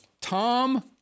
Tom